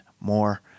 more